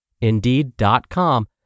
Indeed.com